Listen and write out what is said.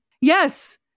Yes